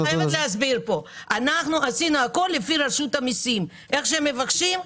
אנחנו עשינו הכול לפי רשות המיסים איך שהיא מבקשת,